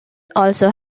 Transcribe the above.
also